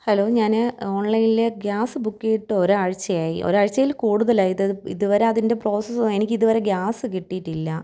hello ഞാൻ ഓൺലൈനിൽ gas book ചെയ്തിട്ട് ഒരാഴ്ച്ചയായി ഒരാഴ്ച്ചയിൽ കൂടുതലായി ഇത് ഇതുവരെ അതിൻ്റെ പ്രോസസ്സ് എനിക്കിതുവരെ ഗ്യാസ് കിട്ടിയിട്ടില്ല